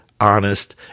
honest